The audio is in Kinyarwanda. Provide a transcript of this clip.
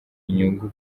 inyungu